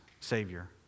Savior